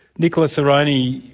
nicholas aroney,